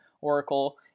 Oracle